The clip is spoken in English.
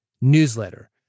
newsletter